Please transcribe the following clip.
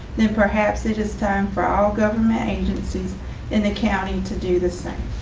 then perhaps it is time for all government agencies in the county to do the same.